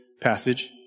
passage